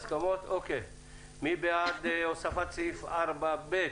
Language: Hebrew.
מי בעד הוספת סעיף 4ב?